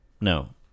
No